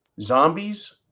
Zombies